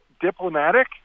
diplomatic